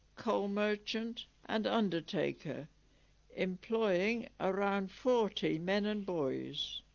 coal merchant and undertaker employing around forty men and boys